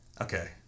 Okay